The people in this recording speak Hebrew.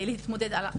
ולהתמודד.